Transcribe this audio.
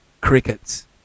crickets